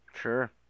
Sure